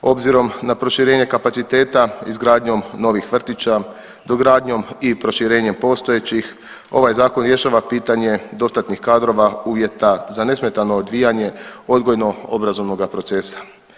Obzirom na proširenje kapaciteta, izgradnjom novih vrtića, dogradnjom i proširenjem postojećih ovaj zakon rješava pitanje dostatnih kadrova, uvjeta za nesmetano odvijanje odgojno obrazovnog procesa.